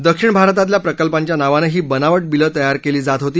दक्षिण भारतातल्या प्रकल्पांच्या नावानं ही बनावट बिलं तयार केली जात होती